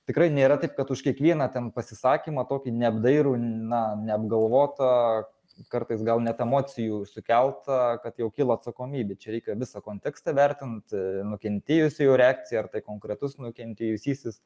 tikrai nėra taip kad už kiekvieną ten pasisakymą tokį neapdairų na neapgalvotą kartais gal net emocijų sukeltą kad jau kyla atsakomybė čia reikia visą kontekstą vertint nukentėjusiojo reakciją ar tai konkretus nukentėjusysis